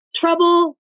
trouble